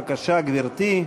בבקשה, גברתי.